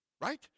Right